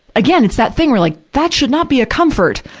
again, it's that thing, we're, like, that should not be a comfort!